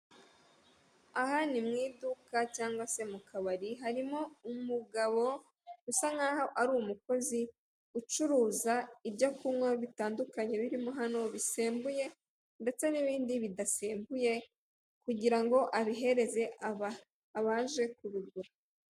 Aha ni mu iduka cyangwa se mu kabari, harimo umugabo usa nk'aho ari umukozi ucuruza ibyo kunywa bitandukanye birimo hano, bisembuye ndetse n'ibindi bidasembuye, kugira ngo abihereze abaje kubigura.